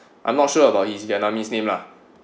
I'm not sure about his vietnamese name lah